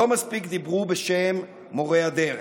לא מספיק דיברו בשם מורי הדרך,